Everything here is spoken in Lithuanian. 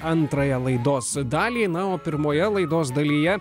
antrąją laidos dalį na o pirmoje laidos dalyje